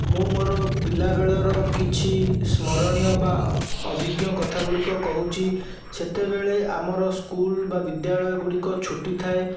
ମୁଁ ମୋର ପିଲାବେଳର କିଛି ସ୍ମରଣୀୟ ବା ଅଭିଜ୍ଞ କଥା ଗୁଡ଼ିକ କହୁଛି ସେତେବେଳେ ଆମର ସ୍କୁଲ ବା ବିଦ୍ୟାଳୟ ଗୁଡ଼ିକ ଛୁଟିଥାଏ